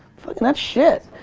fucking that's shit.